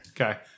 Okay